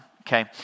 okay